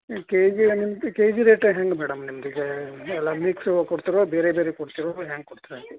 K G ಒಂದು K G ರೇಟಗ್ ಹೆಂಗೆ ಮೇಡಮ್ ನಿಮ್ದು ಈಗ ಎಲ್ಲಾ ಮಿಕ್ಸ್ ಹೂವು ಕೊಡ್ತೀರೋ ಬೇರೆ ಬೇರೆ ಕೊಡ್ತೀರೋ ಹ್ಯಾಂಗೆ ಕೊಡ್ತೀರ